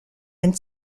and